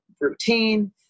routine